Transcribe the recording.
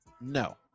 No